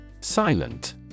Silent